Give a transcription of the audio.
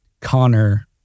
Connor